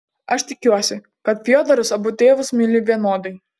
aš tikiuosi kad fiodoras abu tėvus myli vienodai